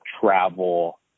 travel